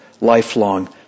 lifelong